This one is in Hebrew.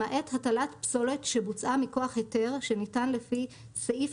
למעט הטלה שבוצעה מכוח היתר שניתן לפי סעיף